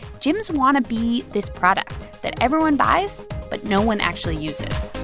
gyms want to be this product that everyone buys but no one actually uses